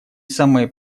самой